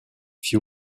few